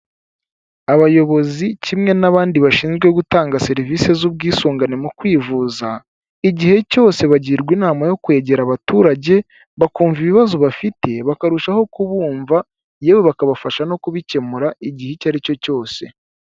Abayobozi kimwe n'abandi bashinzwe gutanga serivise z'ubwisungane mu kwivuza, igihe cyose bagirwa inama yo kwegera abaturage bakumva ibibazo bafite, bakarushaho kubumva, yewe bakabafasha no kubikemura igihe icyo ari cyo cyose.